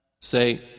Say